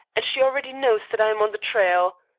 and she already knows that i am on the trail.